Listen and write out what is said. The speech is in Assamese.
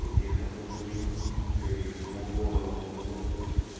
সেই গীতসমূহ শুনি সেই গীতসমূহকো অনু অনুকৰণ কৰিছিলোঁ